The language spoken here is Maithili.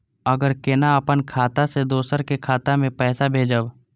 हम केना अपन खाता से दोसर के खाता में पैसा भेजब?